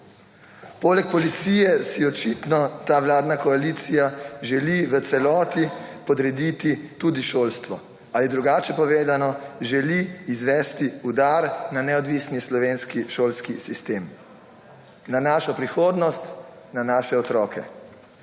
Poleg Policije si očitno ta vladna koalicija želi v celoti podrediti tudi šolstvo ali drugače povedano želi izvesti udar na neodvisni slovenski šolski sistem, na našo prihodnost, na naše otroke.